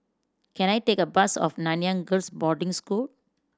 can I take a bus of Nanyang Girls' Boarding School